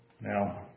Now